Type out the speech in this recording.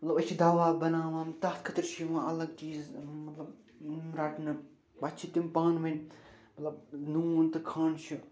مطلب أسۍ چھِ دوا بناوان تتھ خٲطر چھِ یِوان الگ چیٖز مطلب رٹنہٕ پتہٕ چھِ تِم پانؤنۍ مطلب نوٗن تہٕ کھنٛد چھِ